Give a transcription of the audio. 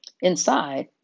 Inside